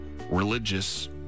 religious